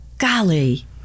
Golly